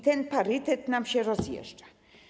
Ten parytet nam się rozjeżdża.